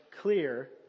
clear